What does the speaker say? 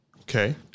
Okay